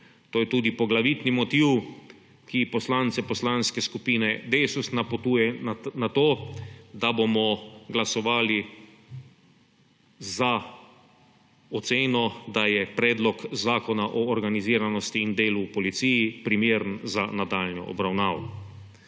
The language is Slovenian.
To je tudi poglavitni motiv, ki poslance Poslanske skupine Desus napotuje na to, da bomo glasovali za oceno, da je predlog zakona o organiziranosti in delu v policiji primeren za nadaljnjo obravnavo.